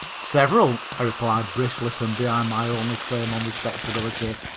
several, i replied briskly from behind my only claim on respectability.